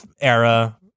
era